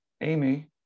Amy